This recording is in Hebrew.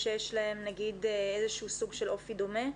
שיש להם נגיד איזה שהוא סוג של אופי דומה?